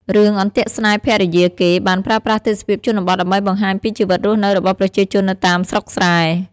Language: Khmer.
រឿង អន្ទាក់ស្នេហ៍ភរិយាគេ បានប្រើប្រាស់ទេសភាពជនបទដើម្បីបង្ហាញពីជីវិតរស់នៅរបស់ប្រជាជននៅតាមស្រុកស្រែ។